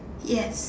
yes